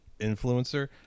influencer